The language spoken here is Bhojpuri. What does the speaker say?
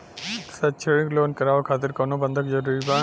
शैक्षणिक लोन करावे खातिर कउनो बंधक जरूरी बा?